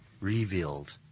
Revealed